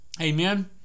Amen